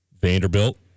Vanderbilt